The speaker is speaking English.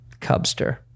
Cubster